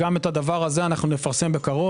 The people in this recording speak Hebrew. גם את זה נפרסם בקרוב.